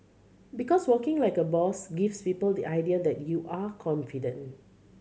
because walking like a boss gives people the idea that you are confident